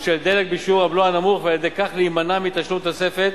של דלק בשיעור הבלו הנמוך ועל-ידי כך להימנע מתשלום תוספת